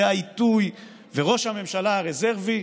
זה העיתוי, וראש הממשלה הרזרבי,